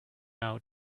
out